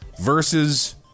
versus